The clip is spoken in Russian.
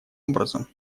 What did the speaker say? образом